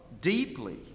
deeply